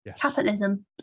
Capitalism